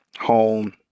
home